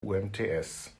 umts